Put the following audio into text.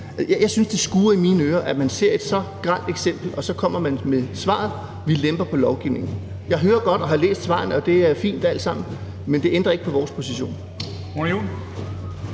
Jeg synes, det skurrer i mine ører, at man ser et så grelt eksempel, og så kommer man med svaret: Vi lemper på lovgivningen. Jeg hører det godt og har læst svarene, og det er fint alt sammen, men det ændrer ikke på vores position.